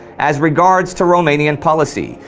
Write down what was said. as regards to romanian policy,